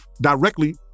directly